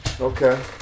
Okay